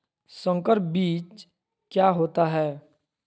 संकर बीज क्या होता है?